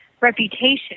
reputation